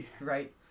Right